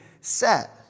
set